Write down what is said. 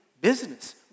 business